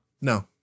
No